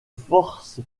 force